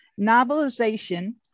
novelization